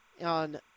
on